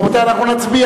רבותי, אנחנו נצביע.